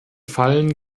fallen